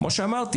כמו שאמרתי,